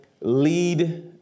lead